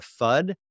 FUD